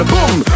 Boom